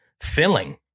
filling